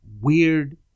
weird